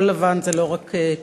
כחול-לבן זה לא רק תשדירים,